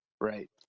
Right